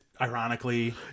Ironically